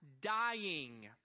dying